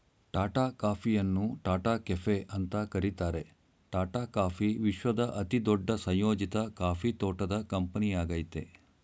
ಟಾಟಾ ಕಾಫಿಯನ್ನು ಟಾಟಾ ಕೆಫೆ ಅಂತ ಕರೀತಾರೆ ಟಾಟಾ ಕಾಫಿ ವಿಶ್ವದ ಅತಿದೊಡ್ಡ ಸಂಯೋಜಿತ ಕಾಫಿ ತೋಟದ ಕಂಪನಿಯಾಗಯ್ತೆ